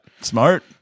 smart